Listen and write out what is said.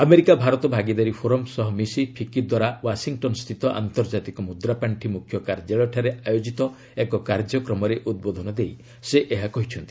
America Bharat ଭାଗିଦାରି forum ସହ ମିଶି ଫିକି ଦ୍ୱାରା ୱାଶିଂଟନ୍ସ୍ଥିତ ଆନ୍ତର୍ଜାତିକ ମୁଦ୍ରାପାଣ୍ଠି ମୁଖ୍ୟ କାର୍ଯ୍ୟାଳୟଠାରେ ଆୟୋଜିତ ଏକ କାର୍ଯ୍ୟକ୍ରମରେ ଉଦ୍ବୋଧନ ଦେଇ ସେ ଏହା କହିଛନ୍ତି